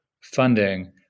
funding